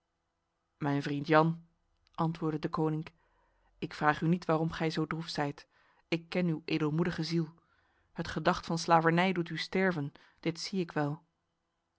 mijn vriend jan antwoordde deconinck ik vraag u niet waarom gij zo droef zijt ik ken uw edelmoedige ziel het gedacht van slavernij doet u sterven dit zie ik wel